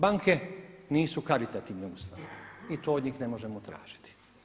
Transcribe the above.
Banke nisu karitativne ustanove i to od njih ne možemo tražiti.